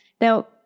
Now